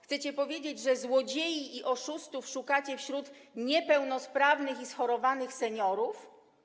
Chcecie powiedzieć, że złodziei i oszustów szukacie wśród niepełnosprawnych i schorowanych seniorów?